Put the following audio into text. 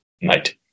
night